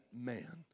man